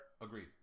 Agreed